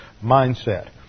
mindset